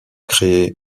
créer